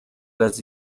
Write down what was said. las